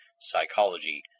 psychology